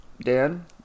Dan